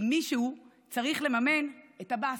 כי מישהו צריך לממן את עבאס,